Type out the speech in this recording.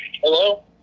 Hello